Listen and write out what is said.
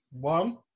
One